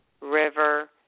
River